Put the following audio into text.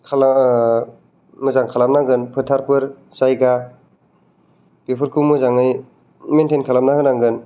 मोजां खालामनांगोन फोथारफोर जायगा बेफोरखौ मोजाङै मेनटेन खालामना होनांगोन